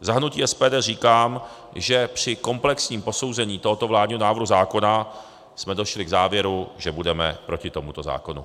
Za hnutí SPD říkám, že při komplexním posouzení tohoto vládního návrhu zákona jsme došli k závěru, že budeme proti tomuto zákonu.